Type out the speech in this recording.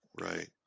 right